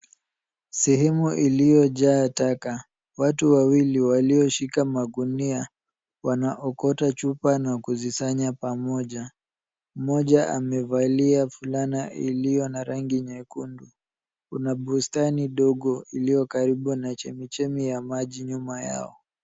Sehemu iliyojaa taka. Watu wawili walioshika magunia wanaokota chupa na kuzisanya pamoja. Mmoja amevalia fulana iliyo na rangi nyekundu. Kuna bustani ndogo iliyo karibu na chemichemi ya maji nyuma yao.